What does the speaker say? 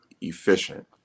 efficient